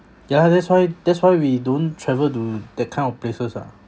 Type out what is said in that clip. yeah that's why that's why we don't travel to that kind of places ah